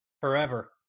Forever